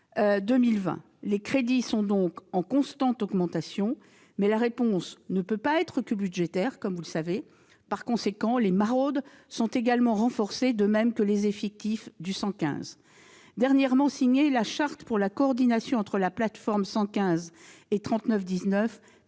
Les crédits sont donc en constante augmentation. Mais la réponse ne peut pas être uniquement budgétaire. Par conséquent, les maraudes sont également renforcées, de même que les effectifs du 115. Récemment signée, la charte pour la coordination entre les plateformes 115 et 3919